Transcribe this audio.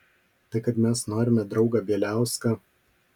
tai kad mes norime draugą bieliauską